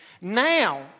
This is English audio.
Now